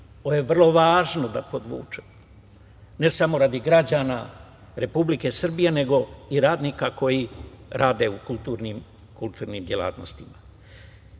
Ovo je vrlo važno da podvučem ne samo radi građana Republike Srbije nego i radnika koji rade u kulturnim delatnostima.